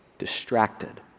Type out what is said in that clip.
Distracted